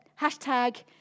Hashtag